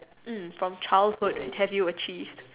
um from childhood have you achieved